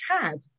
cab